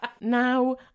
now